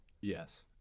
Yes